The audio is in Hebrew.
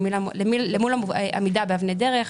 למול עמידה באבני דרך,